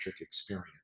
experience